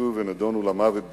שנשפטו ונידונו למוות בתלייה,